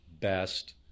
best